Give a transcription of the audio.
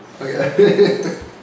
Okay